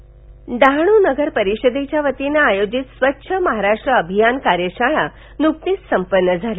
स्वच्छता अभियान डहाणू नगर परिषदेच्या वतीनं आयोजित स्वच्छ महाराष्ट्र अभियान कार्यशाळा नुकतीच संपन्न झाली